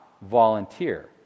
volunteer